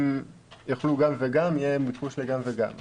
אם יוכלו גם וגם, יהיה ביקוש לגם וגם.